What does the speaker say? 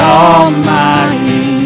almighty